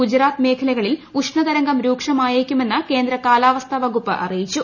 ഗുജറാത്ത് മേഖലകളിൽ ഉഷ്ണതരംഗം രൂക്ഷമായേക്കുമെന്ന് കേന്ദ്ര കാലാവസ്ഥാ വകുപ്പ് അറിയിച്ചു